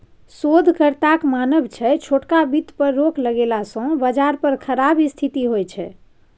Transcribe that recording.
शोधकर्ताक मानब छै छोटका बित्त पर रोक लगेला सँ बजार पर खराब स्थिति होइ छै